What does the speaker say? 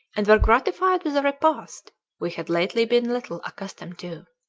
and were gratified with a repast we had lately been little accustomed to.